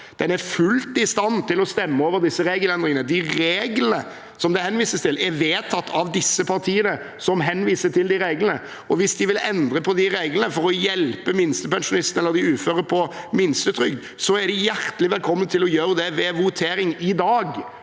Man er fullt i stand til å stemme over disse regelendringene. De reglene som det henvises til, er vedtatt av de partiene som henviser til reglene, og hvis de vil endre på de reglene for å hjelpe minstepensjonistene eller uføre på minstetrygd, er de hjertelig velkommen til å gjøre det ved voteringen i dag.